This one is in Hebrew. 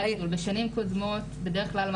בשנים קודמות בדרך כלל,